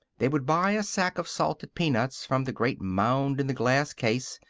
they would buy a sack of salted peanuts from the great mound in the glass case,